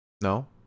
No